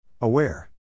Aware